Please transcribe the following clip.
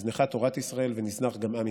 נזנחה תורת ישראל ונזנח גם עם ישראל.